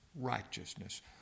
righteousness